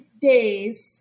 days